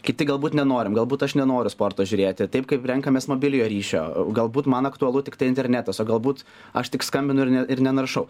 kiti galbūt nenorim galbūt aš nenoriu sporto žiūrėti taip kaip renkamės mobiliojo ryšio galbūt man aktualu tiktai internetas o galbūt aš tik skambinu ir ne ir nenaršau